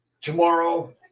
tomorrow